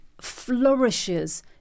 flourishes